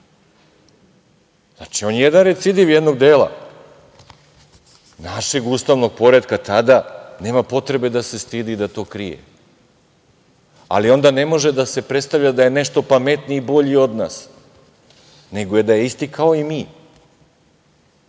on je jedan recidiv jednog dela našeg ustavnog poretka tada, nema potrebe da se stidi da to krije, ali onda ne može da se predstavlja da je nešto pametniji i bolji od nas, nego da je isti kao i mi. Sad